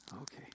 Okay